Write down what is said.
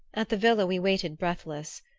at the villa, we waited breathless.